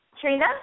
Trina